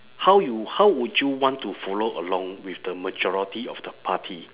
how you how would you want to follow along with the majority of the party